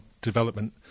development